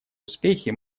успехи